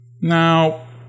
Now